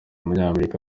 w’umunyamerika